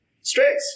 stress